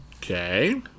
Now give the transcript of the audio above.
Okay